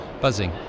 buzzing